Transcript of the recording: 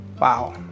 Wow